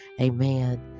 amen